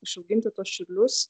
išauginti tuos čiurlius